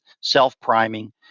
self-priming